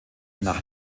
nach